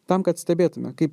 tam kad stebėtume kaip